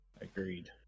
agreed